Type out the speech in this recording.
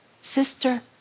Sister